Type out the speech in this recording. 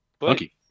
Lucky